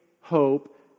hope